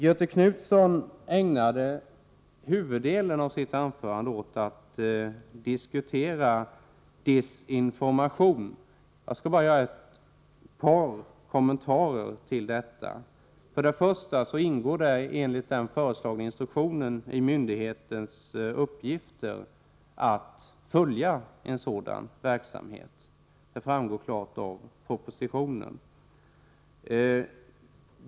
Göthe Knutson ägnade huvuddelen av sitt anförande åt att diskutera desinformation. Jag skall bara göra ett par kommentarer till detta. Enligt den föreslagna instruktionen ingår det i myndighetens uppgifter att följa en sådan verksamhet — det framgår klart av propositionen.